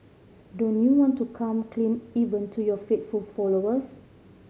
don't you want to come clean even to your faithful followers